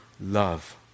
love